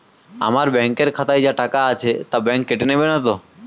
আমার ব্যাঙ্ক এর খাতায় যা টাকা আছে তা বাংক কেটে নেবে নাতো?